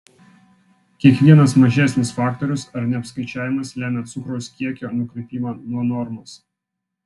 kiekvienas mažesnis faktorius ar neapskaičiavimas lemia cukraus kiekio nukrypimą nuo normos